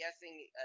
guessing